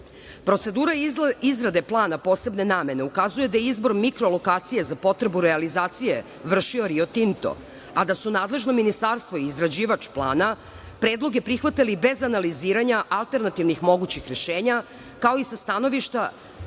Procedura izrade plana posebne namene ukazuje da izbor mikro lokacije za potrebu realizacije vršio je Rio Tinto, a da su nadležno ministarstvo i izrađivač plana predloge prihvatali bez analiziranja alternativnih mogućih rešenja, kao i sa stanovišta